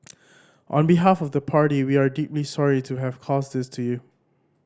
on behalf of the party we are deeply sorry to have caused this to you